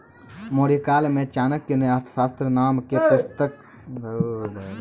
मौर्यकाल मे चाणक्य ने अर्थशास्त्र नाम के पुस्तक मे लेखाशास्त्र के समझैलकै